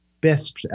best